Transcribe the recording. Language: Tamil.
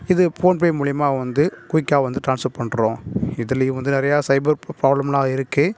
இது ஃபோன் பே மூலியமாக வந்து குயிக்காக வந்து ட்ரான்ஸ்வர் பண்ணுறோம் இதிலையும் வந்து நிறையா சைபர் ப்ராப்லம்லாம் இருக்குது